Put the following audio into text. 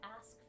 ask